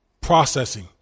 processing